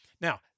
Now